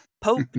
Pope